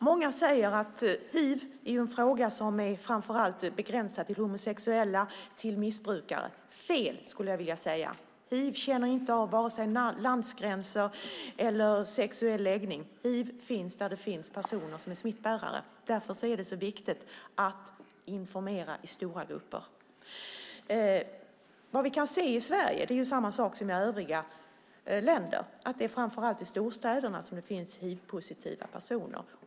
Många säger att hiv är en fråga som framför allt är begränsad till homosexuella och till missbrukare. Det är fel, skulle jag vilja säga. Hiv känner inte av vare sig landsgränser eller sexuell läggning. Hiv finns där det finns personer som är smittbärare. Därför är det så viktigt att informera stora grupper. Vi kan se samma sak i Sverige som i övriga länder: Det är framför allt i storstäderna som det finns hivpositiva personer.